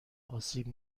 آسیب